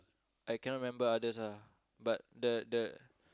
I cannot remember others ah but the the